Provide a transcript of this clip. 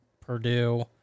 Purdue –